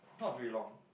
not very long